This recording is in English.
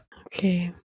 Okay